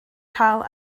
cael